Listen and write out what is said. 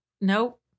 Nope